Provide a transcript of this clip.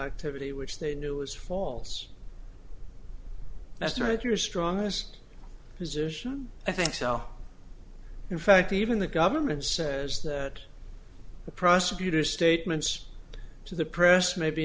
activity which they knew was false that's not your strongest position i think so in fact even the government says that the prosecutor statements to the press may be